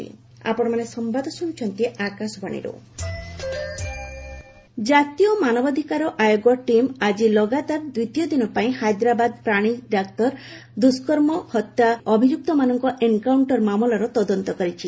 ଦିଶା NHRC ଜାତୀୟ ମାନବାଧକାର ଆୟୋଗ ଟିମ୍ ଆଜି ଲଗାତାର ଦ୍ୱିତୀୟ ଦିନ ପାଇଁ ହାଇଦ୍ରାବାଦ ପ୍ରାଣୀ ଡାକ୍ତର ଦୃଷ୍କର୍ମ ଓ ହତ୍ୟା ଅଭିଯ୍ୟକ୍ତମାନଙ୍କ ଏନ୍କାଉଣ୍ଟର ମାମଲାର ତଦନ୍ତ କରିଛି